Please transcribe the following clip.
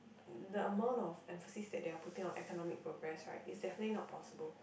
the amount of emphasis that they are putting on academic progress right it's definitely not possible